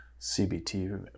CBT